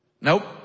Nope